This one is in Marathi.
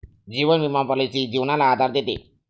जीवन विमा पॉलिसी जीवनाला आधार देते